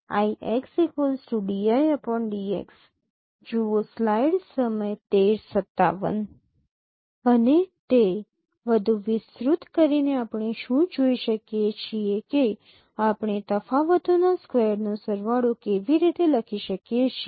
અને તે વધુ વિસ્તૃત કરીને આપણે શું જોઈ શકીએ છીએ કે આપણે તફાવતોના સ્કવેર નો સરવાળો કેવી રીતે લખી શકીએ છીએ